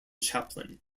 chaplain